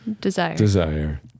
desire